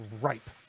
ripe